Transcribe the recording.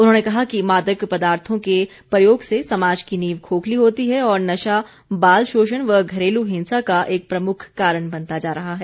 उन्होंने कहा कि मादक पदार्थों के प्रयोग से समाज की नींव खोखली होती है और नशा बाल शोषण व घरेलू हिंसा का एक प्रमुख कारण बनता जा रहा है